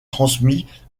transmis